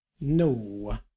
No